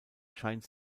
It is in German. scheint